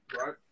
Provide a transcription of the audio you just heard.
right